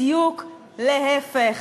בדיוק להפך.